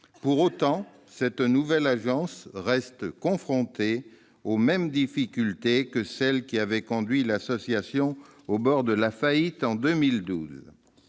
Pour autant, cette nouvelle agence reste confrontée aux mêmes difficultés que celles qui avaient conduit l'association au bord de la faillite en 2012.